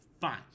fine